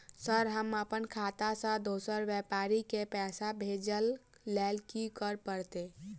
Sir हम अप्पन खाता सऽ दोसर व्यापारी केँ पैसा भेजक लेल की करऽ पड़तै?